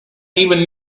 even